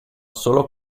solo